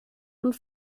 und